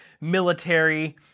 military